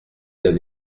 d’un